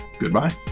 Goodbye